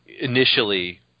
Initially